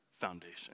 foundation